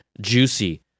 juicy